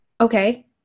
okay